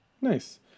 Nice